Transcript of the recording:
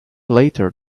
later